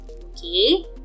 okay